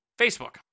Facebook